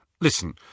Listen